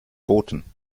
boten